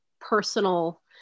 personal